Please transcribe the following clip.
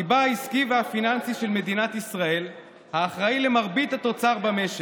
"ליבה העסקי והפיננסי של מדינת ישראל האחראי למרבית התוצר במשק,